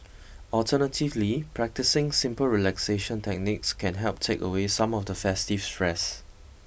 alternatively practising simple relaxation techniques can help take away some of the festive stress